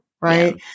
Right